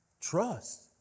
trust